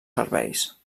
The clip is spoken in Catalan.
serveis